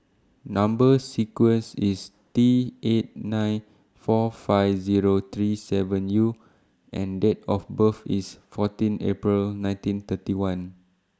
Number sequence IS T eight nine four five Zero three seven U and Date of birth IS fourteen April nineteen thirty one